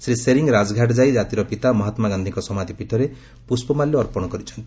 ଶ୍ରୀ ଶେରିଂ ରାଜଘାଟ ଯାଇ ଜାତିର ପିତା ମହାତ୍ମା ଗାନ୍ଧୀଙ୍କ ସମାଧି ପୀଠରେ ପୁଷ୍ପମାଲ୍ୟ ଅର୍ପଣ କରିଛନ୍ତି